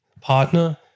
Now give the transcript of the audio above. partner